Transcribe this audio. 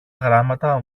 γράμματα